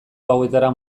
gauetara